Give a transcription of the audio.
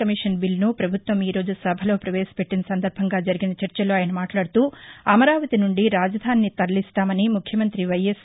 commission బీల్లను పభుత్వం ఈ రోజు సభలో పవేశపెట్టిన సందర్భంగా జరిగిన చర్చలో ఆయన మాట్లాడుతూఅమరాపతి నుండి రాజధానిని తరలిస్తామని ముఖ్యమంతి వైఎస్